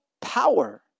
power